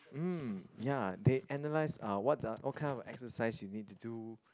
mm ya they analyse ah what the what kind of exercise you need to do